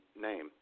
name